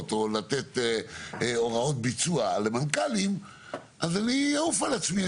או לתת הוראות ביצוע למנכ"לים אז אני אעוף על עצמי,